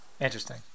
interesting